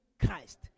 Christ